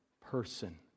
person